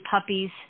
puppies